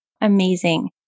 Amazing